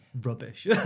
rubbish